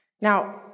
Now